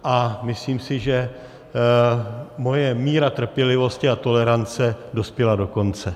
A myslím si, že moje míra trpělivosti a tolerance dospěla do konce.